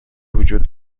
وجود